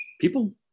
people